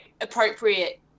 appropriate